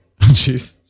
jeez